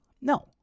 No